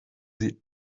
sie